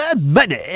money